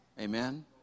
Amen